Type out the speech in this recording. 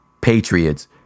Patriots